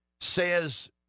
says